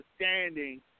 understanding